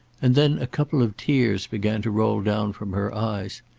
and then a couple of tears began to roll down from her eyes.